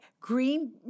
green